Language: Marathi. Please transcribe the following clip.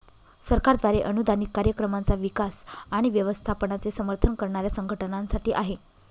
सरकारद्वारे अनुदानित कार्यक्रमांचा विकास आणि व्यवस्थापनाचे समर्थन करणाऱ्या संघटनांसाठी आहे